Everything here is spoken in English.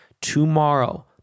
Tomorrow